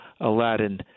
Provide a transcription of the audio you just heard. Aladdin